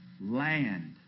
land